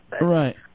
Right